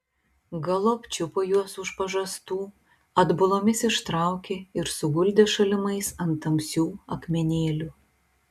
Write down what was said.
galop čiupo juos už pažastų atbulomis ištraukė ir suguldė šalimais ant tamsių akmenėlių